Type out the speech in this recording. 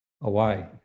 away